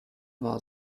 war